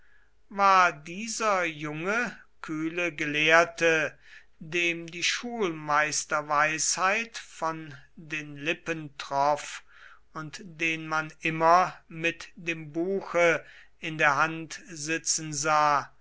war dieser junge kühle gelehrte dem die schulmeisterweisheit von den lippen troff und den man immer mit dem buche in der hand sitzen sah